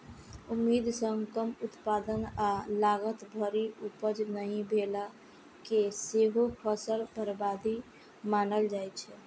उम्मीद सं कम उत्पादन आ लागत भरि उपज नहि भेला कें सेहो फसल बर्बादी मानल जाइ छै